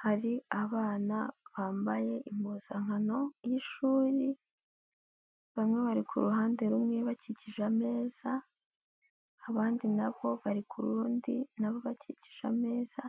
Hari abana bambaye impuzankano y'ishuri, bamwe bari ku ruhande rumwe bakikije ameza, abandi na bo bari ku rundi na bo bakikije ameza,